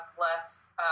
less